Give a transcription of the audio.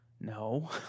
No